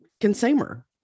consumer